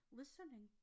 listening